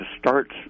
starts